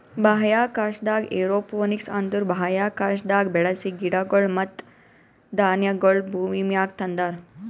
ಬಾಹ್ಯಾಕಾಶದಾಗ್ ಏರೋಪೋನಿಕ್ಸ್ ಅಂದುರ್ ಬಾಹ್ಯಾಕಾಶದಾಗ್ ಬೆಳಸ ಗಿಡಗೊಳ್ ಮತ್ತ ಧಾನ್ಯಗೊಳ್ ಭೂಮಿಮ್ಯಾಗ ತಂದಾರ್